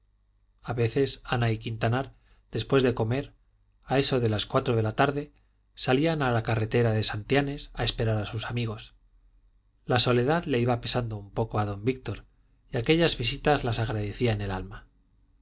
a veces ana y quintanar después de comer a eso de las cuatro de la tarde salían a la carretera de santianes a esperar a sus amigos la soledad le iba pesando un poco a don víctor y aquellas visitas las agradecía en el alma